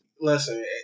Listen